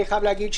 אני חייב להגיד,